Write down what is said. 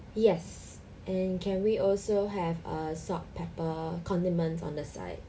yes and can we also have a salt pepper condiments on the side